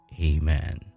Amen